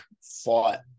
fought